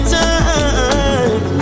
time